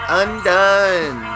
undone